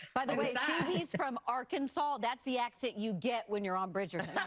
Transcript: by the way, ah phoebe's from arkansas. that's the accent you get when you're on bridgerton.